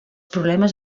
problemes